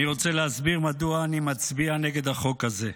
אני רוצה להסביר מדוע אני מצביע נגד החוק הזה.